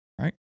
right